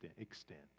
extent